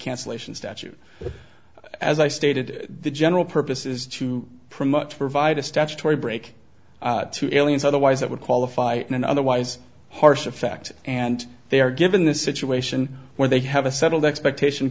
cancelation statute as i stated the general purpose is to promote to provide a statutory break to ilya's otherwise it would qualify in an otherwise harsh effect and they are given the situation where they have a settled expectation